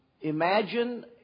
imagine